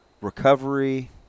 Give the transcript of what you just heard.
Recovery